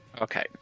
okay